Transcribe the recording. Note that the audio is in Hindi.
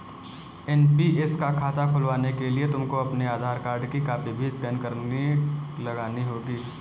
एन.पी.एस का खाता खुलवाने के लिए तुमको अपने आधार कार्ड की कॉपी भी स्कैन करके लगानी होगी